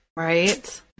Right